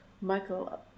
michael